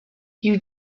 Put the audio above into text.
you